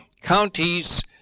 counties